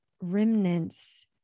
remnants